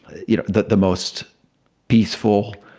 you know that the most peaceful,